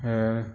এ